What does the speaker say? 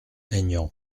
aignan